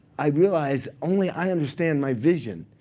i realize only i understand my vision.